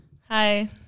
Hi